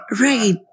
right